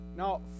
Now